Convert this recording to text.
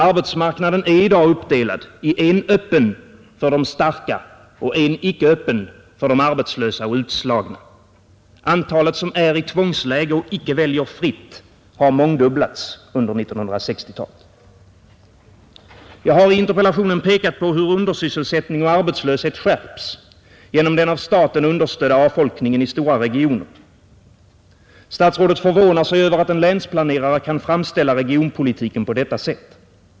Arbetsmarknaden är i dag uppdelad i en öppen för de starka och en icke öppen för de arbetslösa och utslagna. Antalet som är i tvångsläge och icke väljer fritt har mångdubblats under 1960-talet. Jag har i interpellationen pekat på hur undersysselsättning och arbetslöshet skärps genom den av staten understödda avfolkningen i stora regioner. Statsrådet förvånar sig över att en länsplanerare kan framställa regionpolitiken på detta sätt.